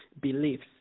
beliefs